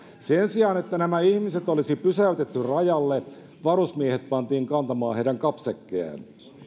sen sijaan että nämä ihmiset olisi pysäytetty rajalle varusmiehet pantiin kantamaan heidän kapsäkkejään